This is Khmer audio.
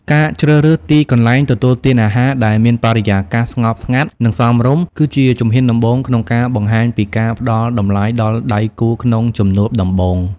ការជ្រើសរើសទីកន្លែងទទួលទានអាហារដែលមានបរិយាកាសស្ងប់ស្ងាត់ និងសមរម្យ គឺជាជំហានដំបូងក្នុងការបង្ហាញពីការផ្ដល់តម្លៃដល់ដៃគូក្នុងជំនួបដំបូង។